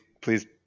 please